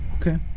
Okay